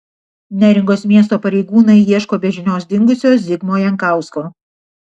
neringos miesto pareigūnai ieško be žinios dingusio zigmo jankausko